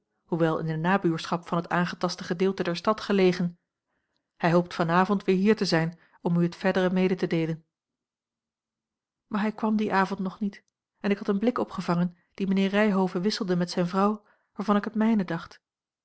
hoewel in de nabuurschap van het aangetaste gedeelte der stad gelegen hij hoopt van avond weer hier te zijn om u het verdere mede te deelen maar hij kwam dien avond nog niet en ik had een blik opgevangen dien mijnheer ryhove wisselde met zijne vrouw waarvan ik het mijne dacht